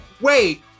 Wait